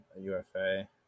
UFA